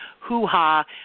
hoo-ha